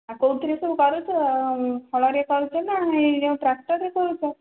ଆଉ କେଉଁଥିରେ ସବୁ କରୁଛ ହଳରେ କରୁଛ ନା ଏଇ ଯେଉଁ ଟ୍ରାକ୍ଟରରେ କରୁଛ